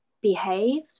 behave